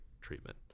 treatment